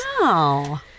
Wow